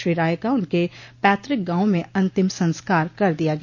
श्री राय का उनके पैतृक गांव में अंतिम संस्कार कर दिया गया